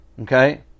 Okay